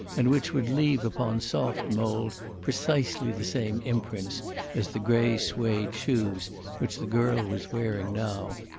and which would leave upon soft mould precisely the same imprints as the grey suede shoes which the girl was wearing now.